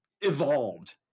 evolved